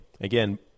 again